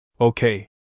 Okay